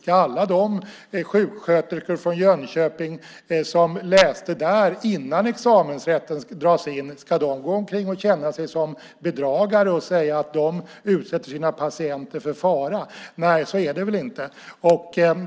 Ska alla de sjuksköterskor från Jönköping som läste där innan examensrätten drogs in gå omkring och känna sig som bedragare och säga att de utsätter sina patienter för fara? Så är det väl inte.